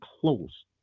close